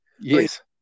Yes